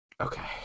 Okay